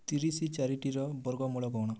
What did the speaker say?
ତିରିଶ ଚାରିଟିର ବର୍ଗ ମୂଳ କ'ଣ